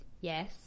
yes